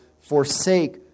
forsake